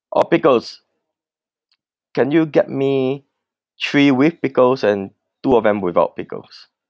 oh pickles can you get me three with pickles and two of them without pickles